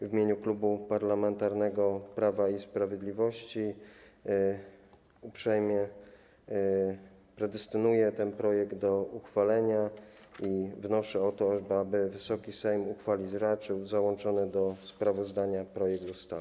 W imieniu Klubu Parlamentarnego Prawo i Sprawiedliwość uprzejmie predestynuję ten projekt do uchwalenia i wnoszę o to, aby Wysoki Sejm uchwalić raczył załączony do sprawozdania projekt ustawy.